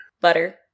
Butter